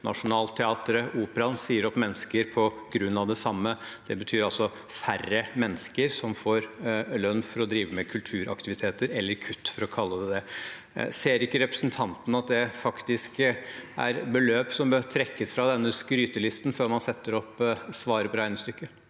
Nationaltheatret og Operaen sier opp mennesker på grunn av det samme. Det betyr altså færre mennesker som får lønn for å drive med kulturaktiviteter – eller kutt, for å kalle det det. Ser ikke representanten at det faktisk er beløp som bør trekkes fra denne skrytelisten før man setter opp svaret på regnestykket?